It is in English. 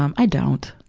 um i don't.